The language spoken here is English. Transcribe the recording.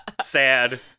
sad